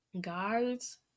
guys